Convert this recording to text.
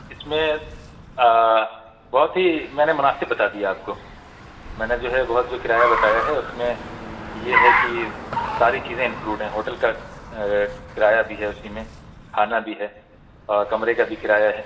اس میں بہت ہی میں نے مناسب بتا دیا آپ کو میں نے جو ہے بہت جو کرایہ بتایا ہے اس میں یہ ہے کہ ساری چیزیں انکلوڈ ہے ہوٹل کا کرایہ بھی ہے اسی میں کھانا بھی ہے اور کمرے کا بھی کرایہ ہے